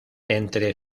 entre